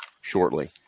shortly